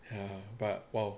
ya but !wow!